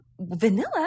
Vanilla